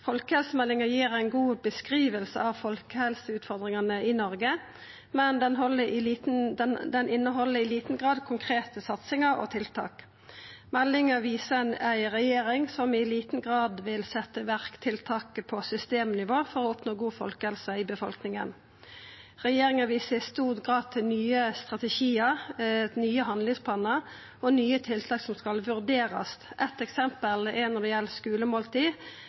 Folkehelsemeldinga gir ei god beskriving av folkehelseutfordringane i Noreg, men ho inneheld i liten grad konkrete satsingar og tiltak. Meldinga viser ei regjering som i liten grad vil setja i verk tiltak på systemnivå for å oppnå god folkehelse i befolkninga. Regjeringa viser i stor grad til nye strategiar, nye handlingsplanar og nye tiltak som skal vurderast. Eit eksempel er når det gjeld skulemåltid,